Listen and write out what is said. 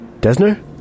Desner